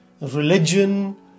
religion